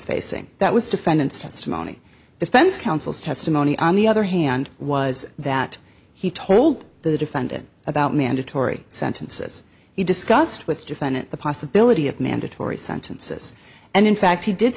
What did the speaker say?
facing that was defendant's testimony defense counsel's testimony on the other hand was that he told the defendant about mandatory sentences he discussed with defendant the possibility of mandatory sentences and in fact he did